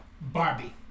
Barbie